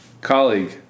Colleague